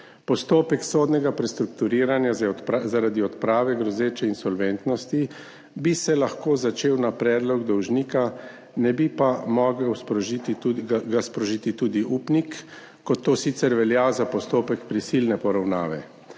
Postopek sodnega prestrukturiranja zaradi odprave grozeče insolventnosti bi se lahko začel na predlog dolžnika, ne bi pa ga mogel sprožiti tudi upnik, kot to sicer velja za postopek prisilne poravnave.